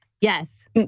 Yes